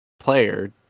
player